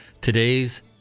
today's